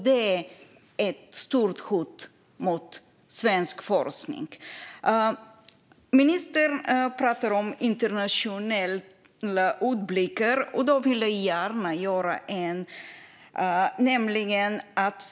Det är ett stort hot mot svensk forskning. Ministern pratar om internationella utblickar, och då vill jag gärna göra en sådan.